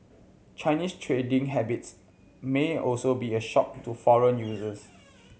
Chinese trading habits may also be a shock to foreign users